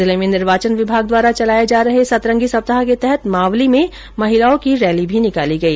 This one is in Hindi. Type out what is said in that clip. जिले में निर्वाचन विभाग द्वारा चलाये जा रहे सतरंगी सप्ताह के तहत मावली में महिलाओं की भी रैली निकाली गई